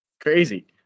Crazy